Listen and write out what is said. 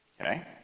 Okay